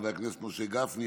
חברי הכנסת משה גפני,